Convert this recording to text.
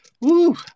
Woo